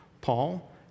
Paul